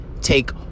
take